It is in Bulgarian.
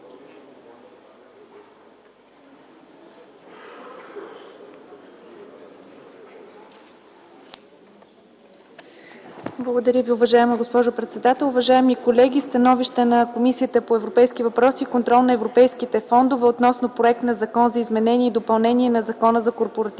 Благодаря Ви, госпожо председател. Уважаеми колеги, „СТАНОВИЩЕ на Комисията по европейските въпроси и контрол на европейските фондове относно проект на Закон за изменение и допълнение на Закона за данък